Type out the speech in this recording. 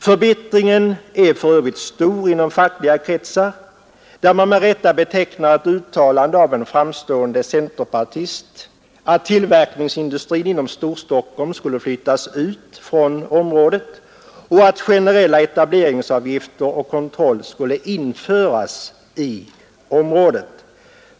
Förbittringen är för övrigt stor i fackliga kretsar över ett uttalande av en framstående centerpartist om att tillverkningsindustrin i Storstockholm skulle flyttas ut från området och att generella etableringsavgifter och kontroll skulle införas i området.